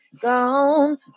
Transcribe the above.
gone